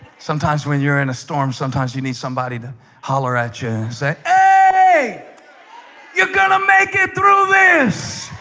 sometimes when you're in a storm sometimes you need somebody to holler at you and say hey you're gonna make it through this